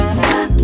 stop